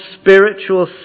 spiritual